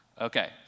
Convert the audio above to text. Okay